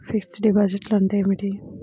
Fixed డిపాజిట్లు అంటే ఏమిటి?